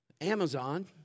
Amazon